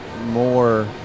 more